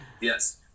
Yes